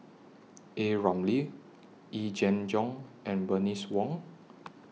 A Ramli Yee Jenn Jong and Bernice Wong